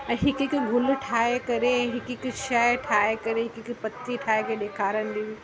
ऐं हिकु हिकु गुल ठाहे करे हिकु हिकु शइ ठाहे करे हिकु हिकु पती ठाहे करे ॾेखारंदी हुई